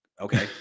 Okay